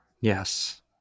Yes